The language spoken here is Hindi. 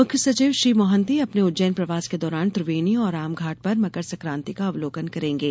मुख्य सचिव श्री मोहन्ती अपने उज्जैन प्रवास के दौरान त्रिवेणी और रामघाट पर मकर संक्रान्ति की अवलोकन करेंगे